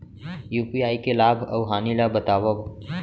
UPI के लाभ अऊ हानि ला बतावव